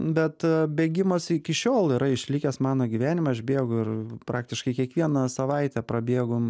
bet bėgimas iki šiol yra išlikęs mano gyvenime aš bėgu ir praktiškai kiekvieną savaitę prabėgu